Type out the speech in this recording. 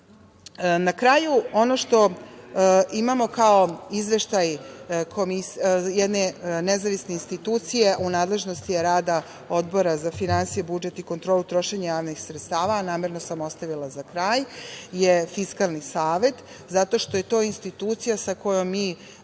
kraju, ono što imamo kao izveštaj jedne nezavisne institucije u nadležnosti je rada Odbora za finansije, budžet i kontrolu trošenja javnih sredstava, a namerno sam ostavila za kraj, je Fiskalni savet zato što je to institucija sa kojom mi